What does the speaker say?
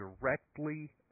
directly